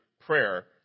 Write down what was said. prayer